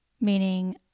meaning